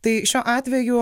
tai šiuo atveju